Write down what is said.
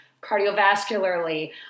cardiovascularly